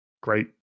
Great